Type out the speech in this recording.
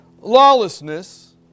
lawlessness